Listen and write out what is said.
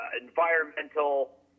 environmental